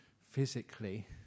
physically